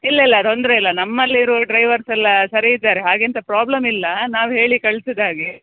ಇಲ್ಲ ಇಲ್ಲ ತೊಂದರೆ ಇಲ್ಲ ನಮ್ಮಲ್ಲಿರೊ ಡ್ರೈವರ್ಸ್ ಎಲ್ಲ ಸರಿ ಇದ್ದಾರೆ ಹಾಗೆ ಎಂಥ ಪ್ರಾಬ್ಲೆಮ್ ಇಲ್ಲ ನಾವು ಹೇಳಿ ಕಳ್ಸಿದ ಹಾಗೆ